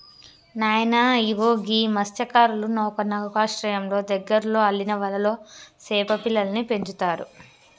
నాయన ఇగో గీ మస్త్యకారులు ఒక నౌకశ్రయంలో దగ్గరలో అల్లిన వలలో సేప పిల్లలను పెంచుతారు